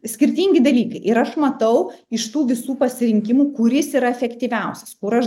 skirtingi dalykai ir aš matau iš tų visų pasirinkimų kuris yra efektyviausias kur aš